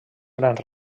grans